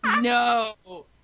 No